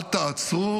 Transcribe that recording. אל תעצרו